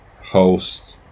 host